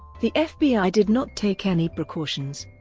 the fbi did not take any precautions,